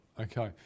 Okay